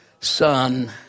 Son